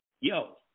yo